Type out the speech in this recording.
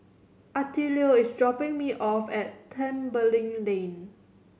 attilio is dropping me off at Tembeling Lane